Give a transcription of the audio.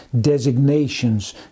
designations